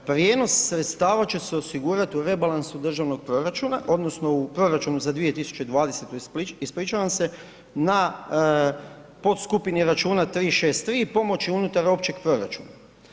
Dakle, prijenos sredstava će se osigurati u rebalansu državnog proračuna odnosno u proračunu za 2020., ispričavam se, na podskupini računa 363 pomoći unutar općeg proračuna.